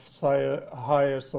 higher